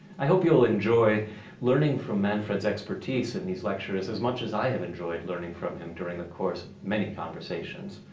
i hope you'll enjoy learning from manfred's expertise in these lectures as much as i have enjoyed learning from him during the course of many conversations.